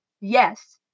Yes